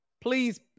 Please